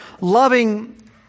loving